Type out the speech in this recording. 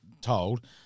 told